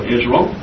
Israel